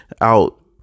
out